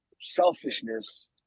selfishness